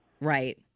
Right